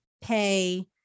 pay